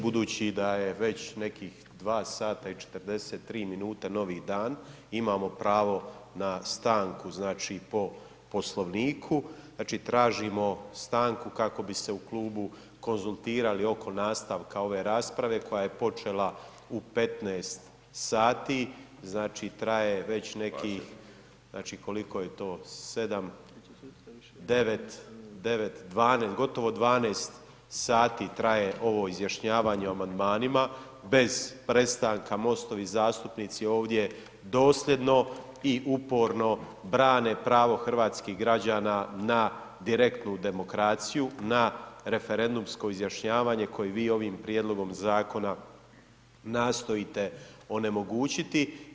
Budući da je već nekih 2 sata i 43 minute, novi dan, imamo pravo na stanku, znači po Poslovniku, znači tražimo stanku kako bi se u Klubu konzultirali oko nastavka ove rasprave koja je počela u 15 sati, znači traje već nekih, znači koliko je to, sedam, devet, dvanaest, gotovo dvanaest sati traje ovo izjašnjavanje o amandmanima, bez prestanka MOST-ovi zastupnici ovdje dosljedno i uporno brane pravo hrvatskih građana na direktnu demokraciju, na referendumsko izjašnjavanje koje vi ovim Prijedlogom Zakona nastojite onemogućiti.